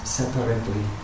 separately